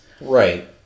Right